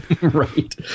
Right